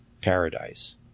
paradise